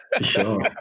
sure